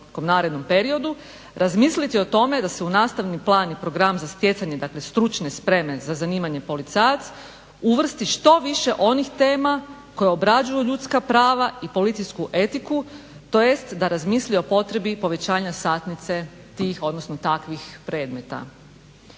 narednom periodu razmisliti o tome da se u nastavni plan i program za stjecanje stručne spreme za zanimanje policajac uvrsti što više onih tema koja obrađuju ljudska prava i policijsku etiku tj. da razmisli o potrebi povećanja satnice tih odnosno takvih predmeta.